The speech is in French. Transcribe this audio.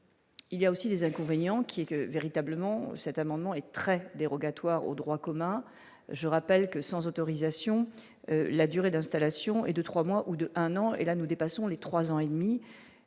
il y a aussi des inconvénients qui était véritablement cet amendement est très dérogatoire au droit commun, je rappelle que sans autorisation la durée d'installation et de 3 mois ou 2, un an et là nous dépassons les 3 ans et demi